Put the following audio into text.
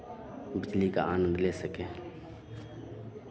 बिजली का आनंद ले सकें